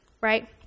right